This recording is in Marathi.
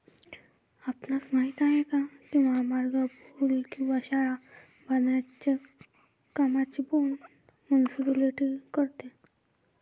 आपणास माहित आहे काय की महामार्ग, पूल किंवा शाळा बांधण्याच्या कामांचे बोंड मुनीसिपालिटी करतो?